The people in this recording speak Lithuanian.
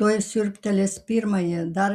tuoj siurbtelės pirmąjį dar